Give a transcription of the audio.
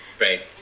Right